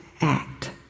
act